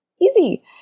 Easy